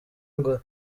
ngo